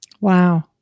Wow